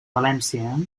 valència